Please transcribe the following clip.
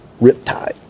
riptide